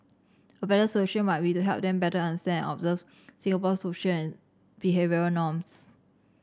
a better solution might be to help them better understand and observe Singapore's social and behavioural norms